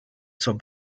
zum